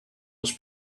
was